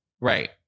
Right